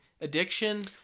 addiction